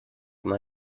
mal